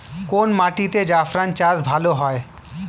কোন মাটিতে জাফরান চাষ ভালো হয়?